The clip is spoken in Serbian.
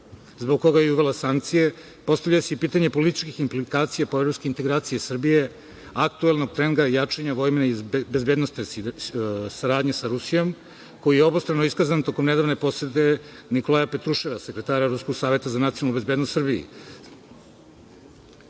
zbog koga je uvela sankcije postavlja se pitanje političkih implikacija po evropske integracije Srbije, aktuelnog trenda jačanja vojne bezbednosne saradnje sa Rusijom koji je obostrano iskazan u toku nedavne posete Nikolaja Petruševa sekretara Ruskog saveta za nacionalnu bezbednost Srbiji. Pri